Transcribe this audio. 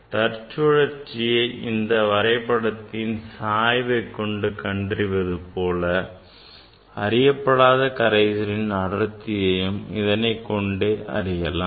தற்சுழற்சியை இந்த வரைபடத்தின் சாய்வை கொண்டு கண்டறிவது போல அறியப்படாத கரைசலின் அடர்த்தியையும் இதனைக் கொண்டே கண்டறியலாம்